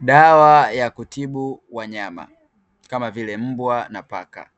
Dawa ya kutibu wanyama kama vile mbwa na paka.